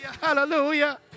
hallelujah